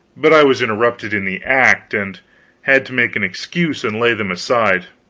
but i was interrupted in the act, and had to make an excuse and lay them aside,